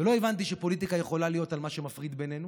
ולא הבנתי שפוליטיקה יכולה להיות על מה שמפריד בינינו